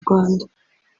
rwanda